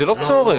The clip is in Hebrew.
זה לא צורך.